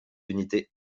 unités